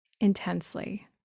intensely